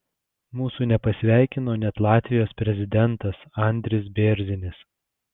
mūsų nepasveikino net latvijos prezidentas andris bėrzinis